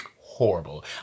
Horrible